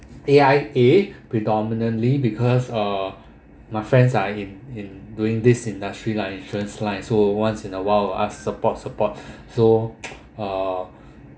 A_I_A predominantly because uh my friends are in in doing this industry lah insurance line so once in a while ask support support so uh